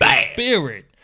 spirit